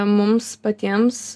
mums patiems